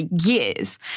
years